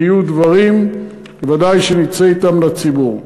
כשיהיו דברים, ודאי שנצא אתם לציבור.